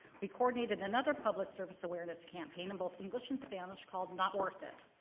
we coordinated another public service awareness campaign in both english and spanish called not worth it,